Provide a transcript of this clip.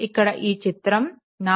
ఇక్కడ ఈ చిత్రం 4